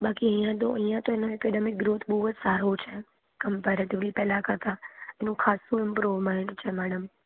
બાકી અહીંયા તો અહીંયા તો એકેડમી ગ્રોથ બહુ જ સારો છે કંપેરેટિવલી પહેલા કરતાં એનું ખાસું ઈમ્પ્રુવમેન્ટ છે મેડમ